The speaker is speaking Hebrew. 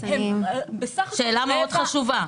שאלה מאוד חשובה.